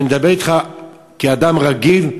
אני מדבר אתך כאדם רגיל,